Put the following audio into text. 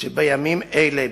שבימים אלה,